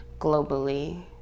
globally